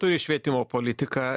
turi švietimo politiką